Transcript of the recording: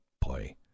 boy